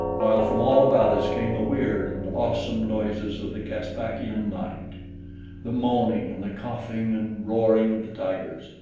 while from all about us came the weird and awesome noises of the caspakian night the moaning and the coughing and roaring of the tigers,